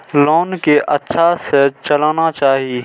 Loan के अच्छा से चलाना चाहि?